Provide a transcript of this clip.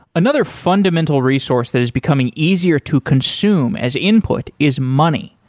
another fundamental resource that is becoming easier to consume as input is money.